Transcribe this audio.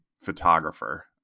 photographer